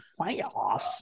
playoffs